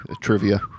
Trivia